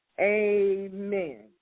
Amen